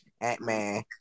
Ant-Man